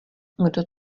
kdo